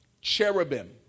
cherubim